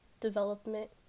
development